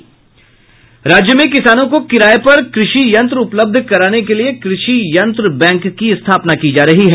राज्य में किसानों को किराये पर कृषि यंत्र उपलब्ध कराने के लिए कृषि यंत्र बैंक की स्थापना की जा रही है